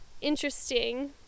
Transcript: interesting